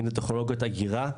אם זה טכנולוגיות אגירה,